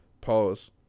Pause